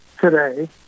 today